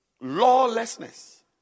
Lawlessness